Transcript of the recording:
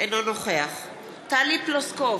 אינו נוכח טלי פלוסקוב,